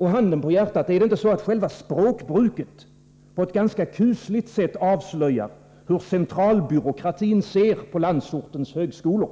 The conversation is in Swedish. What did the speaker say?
Handen på hjärtat, är det inte så att själva språkbruket på ett ganska kusligt sätt avslöjar hur centralbyråkratin ser på landsortens högskolor.